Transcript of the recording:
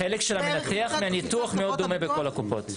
החלק של המנתח מהניתוח מאוד דומה בכל הקופות.